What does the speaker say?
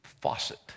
faucet